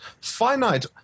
finite